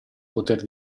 poter